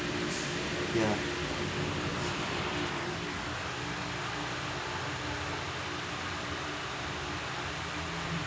ya